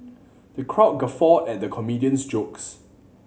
the crowd guffawed at the comedian's jokes